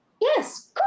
Yes